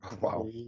Wow